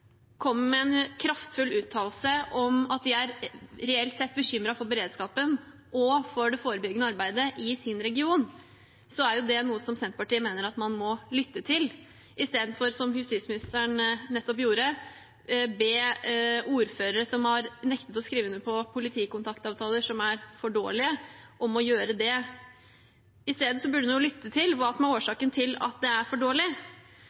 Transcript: med en kraftfull uttalelse om at de er reelt sett bekymret for beredskapen og for det forebyggende arbeidet i sin region, så er det noe som Senterpartiet mener man må lytte til, i stedet for, som justisministeren nettopp gjorde, å be ordførere som har nektet å skrive under på politikontaktavtaler som er for dårligere, om å gjøre det. I stedet burde hun lytte til hva som er årsaken til at det er for dårlig.